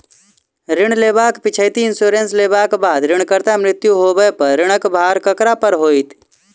ऋण लेबाक पिछैती इन्सुरेंस लेबाक बाद ऋणकर्ताक मृत्यु होबय पर ऋणक भार ककरा पर होइत?